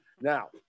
Now